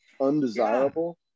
undesirable